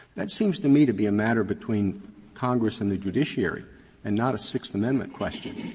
that seems to me to be a matter between congress and the judiciary and not a sixth amendment question.